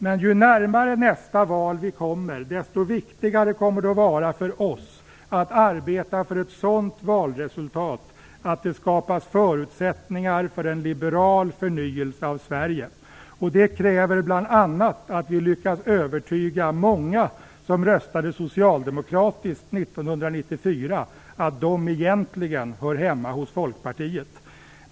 Men ju närmare nästa val vi kommer, desto viktigare kommer det att vara för oss att arbeta för ett sådant valresultat att det skapas förutsättningar för en liberal förnyelse av Sverige. Det kräver bl.a. att vi lyckas övertyga många som röstade socialdemokratiskt 1994 om att de egentligen hör hemma hos Folkpartiet.